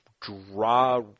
draw